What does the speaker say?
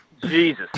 Jesus